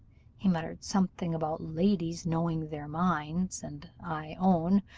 he muttered something about ladies knowing their minds and i own,